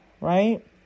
right